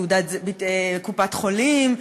לקופת-חולים,